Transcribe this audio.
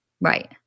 Right